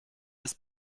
ist